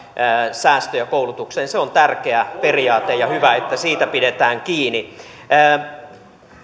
säästöjä koulutukseen se on tärkeä periaate ja hyvä että siitä pidetään kiinni